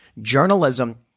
Journalism